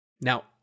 Now